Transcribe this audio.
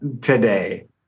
today